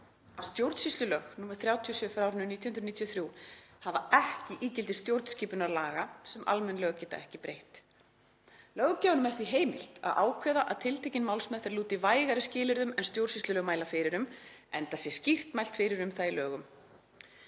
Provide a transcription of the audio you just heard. að stjórnsýslulög nr. 37/1993 hafa ekki ígildi stjórnskipunarlaga sem almenn lög geta ekki breytt. Löggjafanum er því heimilt að ákveða að tiltekin málsmeðferð lúti vægari skilyrðum en stjórnsýslulög mæla fyrir um, enda sé skýrt mælt fyrir um það í lögum.